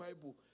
Bible